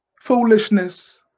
Foolishness